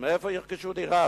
מאיפה ירכשו דירה?